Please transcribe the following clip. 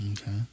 Okay